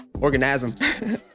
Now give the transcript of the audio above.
organism